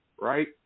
right